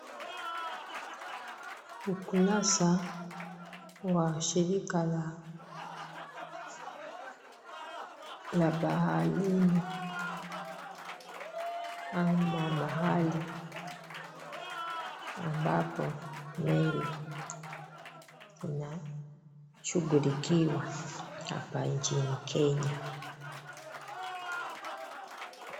Ukurasa wa shirika la baharini ama mahali ambapo meli inashughulikiwa hapa nchini Kenya.